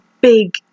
big